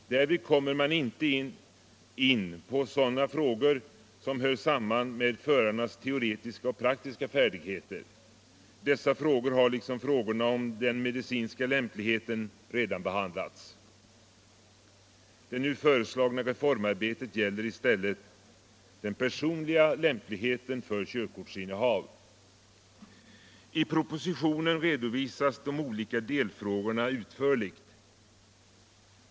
Därvid kommer man inte in på sådana frågor som hör samman med förarnas teoretiska och praktiska färdigheter. Dessa frågor har liksom frågorna om den medicinska lämpligheten redan behandlats. Det nu föreslagna reformarbetet gäller i stället den personliga lämpligheten för körkortsinnehav. I propositionen redovisas de olika delfrågorna utförligt.